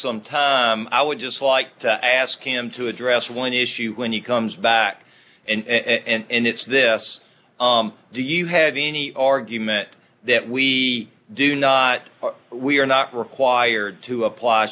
some time i would just like to ask him to address one issue when he comes back and it's this do you have any argument that we do not we are not required to apply